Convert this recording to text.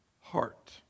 heart